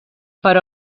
però